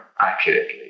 accurately